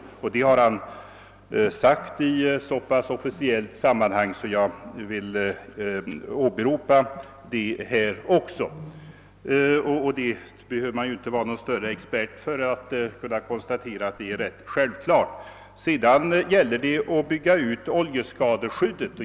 Det har han sagt i så officiella sammanhang att jag vill åberopa det också här. Man behöver inte vara någon större expert för att kunna konstatera detta självklara faktum. Sedan gäller det att bygga ut oljeskadeskyddet.